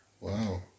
Wow